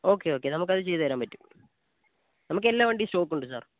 okay okay നമുക്കത് ചെയ്തുതരാൻ പറ്റും നമുക്ക് എല്ലാ വണ്ടിയും സ്റ്റോക്ക് ഉണ്ട് സാർ